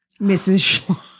Mrs